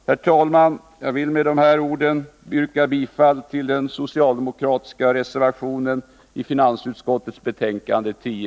Herr talman! Jag vill med det sagda yrka bifall till den socialdemokratiska reservationen i finansutskottets betänkande nr 10.